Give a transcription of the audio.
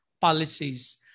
policies